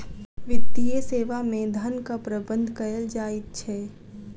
वित्तीय सेवा मे धनक प्रबंध कयल जाइत छै